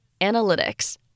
Analytics